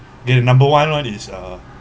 K~ the number one one is uh